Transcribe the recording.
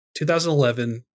2011